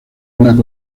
una